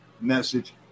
message